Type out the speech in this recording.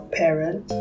parent